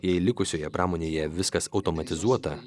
jei likusioje pramonėje viskas automatizuota